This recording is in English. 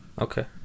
Okay